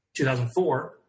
2004